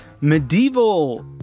medieval